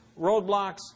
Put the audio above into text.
roadblocks